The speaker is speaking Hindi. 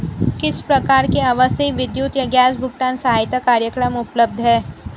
किस प्रकार के आवासीय विद्युत या गैस भुगतान सहायता कार्यक्रम उपलब्ध हैं?